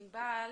עינבל,